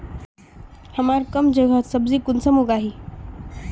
हमार कम जगहत सब्जी कुंसम उगाही?